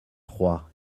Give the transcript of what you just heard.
trois